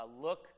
look